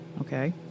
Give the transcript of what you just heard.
Okay